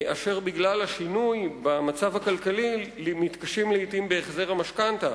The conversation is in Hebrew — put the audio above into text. אשר בגלל השינוי במצב הכלכלי מתקשים לעתים בהחזר המשכנתה.